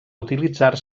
utilitzar